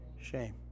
shame